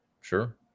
sure